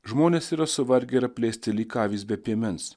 žmonės yra suvargę ir apleisti lyg avys be piemens